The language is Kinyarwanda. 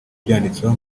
byanditseho